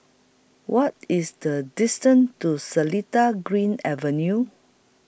What IS The distance to Seletar Green Avenue